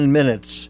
minutes